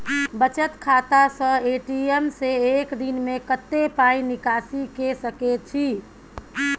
बचत खाता स ए.टी.एम से एक दिन में कत्ते पाई निकासी के सके छि?